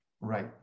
Right